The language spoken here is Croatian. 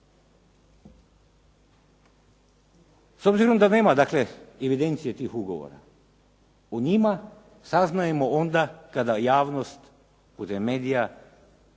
S obzirom da nema dakle, evidencije tih ugovora, o njima saznajemo onda kada javnost putem medija do